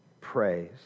praise